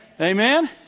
Amen